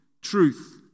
truth